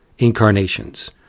incarnations